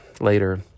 later